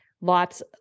lots